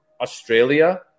Australia